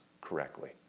correctly